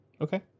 Okay